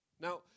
Now